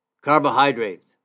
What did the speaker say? carbohydrates